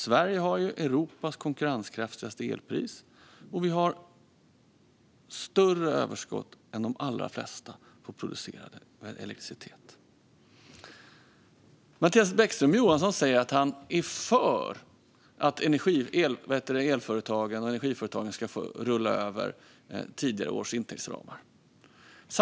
Sverige har ju Europas konkurrenskraftigaste elpris och större överskott av producerad elektricitet än de allra flesta. Mattias Bäckström Johansson säger att han är för att energiföretagen ska få rulla över tidigare års intäktsramar.